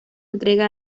entrega